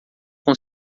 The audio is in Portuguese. com